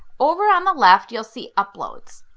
over on the left you'll see uploads.